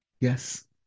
Yes